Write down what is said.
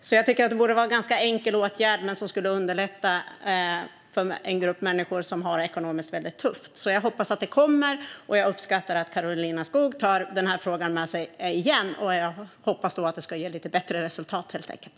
Jag tycker alltså att det borde vara en ganska enkel åtgärd, som dock skulle underlätta för en grupp människor som ekonomiskt har det väldigt tufft. Jag hoppas därför att det kommer, och jag uppskattar att Karolina Skog tar frågan med sig igen. Jag hoppas helt enkelt att det ska ge lite bättre resultat.